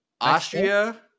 Austria